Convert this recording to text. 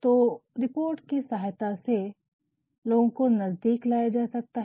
तो रिपोर्ट की सहायता से लोगो को नज़दीक लाया जा सकता है